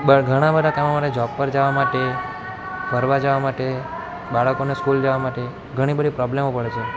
ઘણાં બધાં કામો માટે જોબ પર જવા માટે ફરવા જવા માટે બાળકોને સ્કૂલ જવા માટે ઘણી બધી પ્રોબ્લમો પડે છે